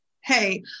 Hey